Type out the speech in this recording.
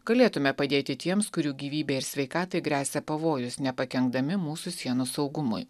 galėtume padėti tiems kurių gyvybei ir sveikatai gresia pavojus nepakenkdami mūsų sienų saugumui